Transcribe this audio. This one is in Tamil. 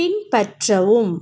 பின்பற்றவும்